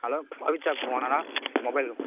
hello mobile shop ஓனரா mobile